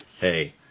hey